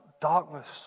Darkness